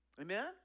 Amen